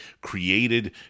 created